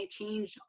change